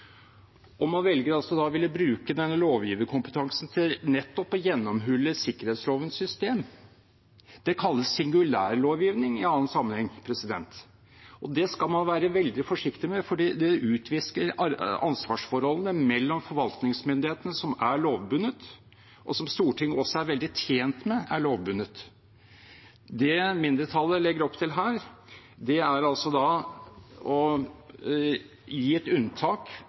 og man velger å ville bruke den lovgiverkompetansen til nettopp å gjennomhulle sikkerhetslovens system. Det kalles singulær lovgivning i annen sammenheng, og det skal man være veldig forsiktig med fordi det utvisker ansvarsforholdet mellom forvaltningsmyndighetene, som er lovbundet, og som Stortinget også er veldig tjent med er lovbundet. Det mindretallet legger opp til her, er altså å gi et unntak